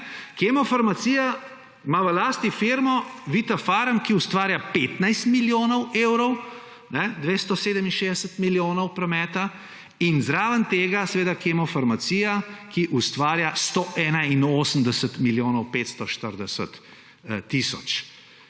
Kemofarmacija ima v lasti firmo Vitafarm, ki ustvarja 15 milijonov evrov, 267 milijonov prometa, in zraven tega Kemofarmacija, ki ustvarja 181 milijonov 540 tisoč,